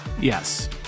yes